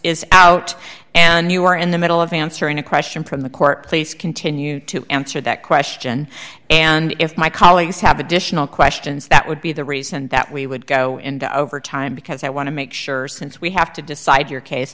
is out and you are in the middle of answering a question from the court please continue to answer that question and if my colleagues have additional questions that would be the reason that we would go into overtime because i want to make sure since we have to decide your case